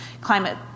climate